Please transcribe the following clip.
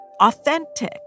authentic